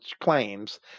claims